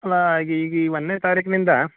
ಅಲ್ಲಾ ಈಗ ಈ ಒಂದನೇ ತಾರೀಕಿನಿಂದ